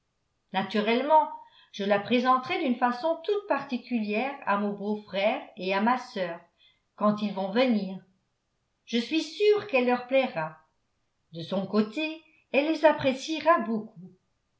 naturellement je la présenterai d'une façon toute particulière à mon beau-frère et à ma sœur quand ils vont venir je suis sûre qu'elle leur plaira de son côté elle les appréciera beaucoup